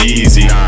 easy